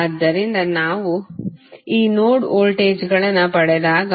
ಆದ್ದರಿಂದ ನಾವು ಈ ನೋಡ್ ವೋಲ್ಟೇಜ್ಗಳನ್ನು ಪಡೆದಾಗ